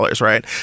right